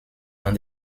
dans